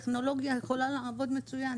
טכנולוגיה יכולה לעבוד מצוין,